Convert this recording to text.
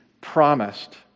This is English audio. promised